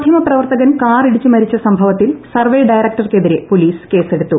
മാധ്യമ പ്രവർത്തകൻ കാറിടിച്ച് മരിച്ച സംഭവത്തിൽ സർവ്വെ ഡയറക്ടർക്കെതിരെ പൊലീസ് കേസെടുത്തു